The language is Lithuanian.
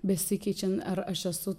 besikeičiant ar aš esu